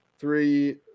three